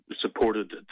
supported